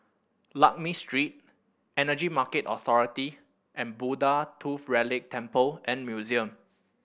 Lakme Street Energy Market Authority and Buddha Tooth Relic Temple and Museum